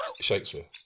Shakespeare